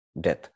death